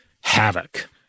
Havoc